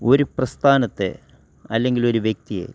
ഒരു പ്രസ്ഥാനത്തെ അല്ലെങ്കിലൊരു വ്യക്തിയെ